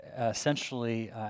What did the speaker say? essentially